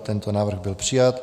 Tento návrh byl přijat.